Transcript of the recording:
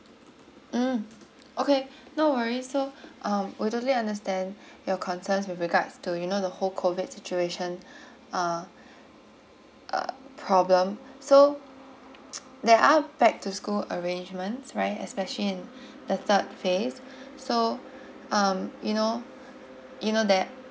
mm okay no worries so um we totally understand your concern with regards to you know the whole COVID situation uh uh problem so they are to school arrangements right especially in the third phase so um you know you know that